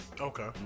Okay